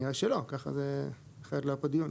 כנראה לא, אחרת לא היה פה דיון.